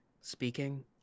speaking